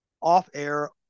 off-air